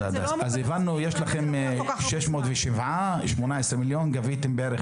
הבנתי שיש לכם 607 תיקים בהיקף